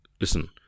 Listen